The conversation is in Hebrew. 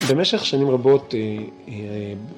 ‫במשך שנים רבות...